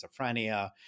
schizophrenia